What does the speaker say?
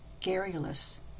garrulous